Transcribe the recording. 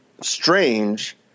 strange